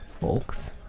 folks